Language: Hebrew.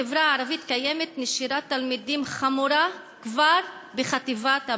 בחברה הערבית קיימת נשירת תלמידים חמורה כבר בחטיבת הביניים.